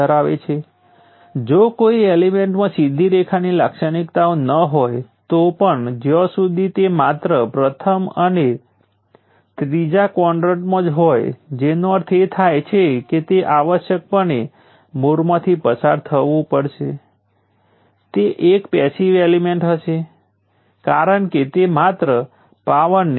હવે હું ફરીથી ઔપચારિક રીતે આગળ વધીશ હું તેને V1 કહીશ અને પેસિવ સાઇન કન્વેન્શન માટે મારે આ ટર્મિનલમાં જતો I1 લેવો પડશે જે રીતે V1 એ આ વોલ્ટેજ સોર્સમાંનો વોલ્ટેજ છે આ I1 છે